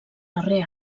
darrer